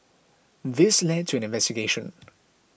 this led to an investigation